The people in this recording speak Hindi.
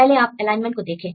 पहले आप एलाइनमेंट को देखें